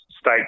state